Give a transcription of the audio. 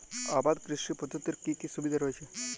আবাদ কৃষি পদ্ধতির কি কি সুবিধা রয়েছে?